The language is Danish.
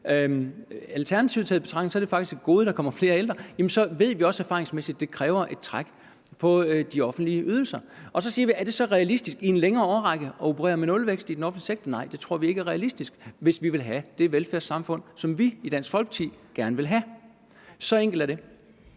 alternativet i betragtning, er det faktisk et gode, at der kommer flere ældre – så ved vi også erfaringsmæssigt, at det kræver et træk på de offentlige ydelser. Så spørger vi så, om det i en længere årrække er realistisk at operere med nulvækst i den offentlige sektor, og nej, det tror vi ikke er realistisk, hvis vi vil have det velfærdssamfund, som vi i Dansk Folkeparti gerne vil have. Så enkelt er det.